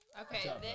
Okay